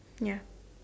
ya